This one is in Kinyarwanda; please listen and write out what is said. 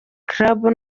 clubs